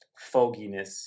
foginess